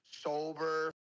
sober